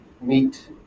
meet